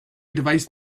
device